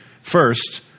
First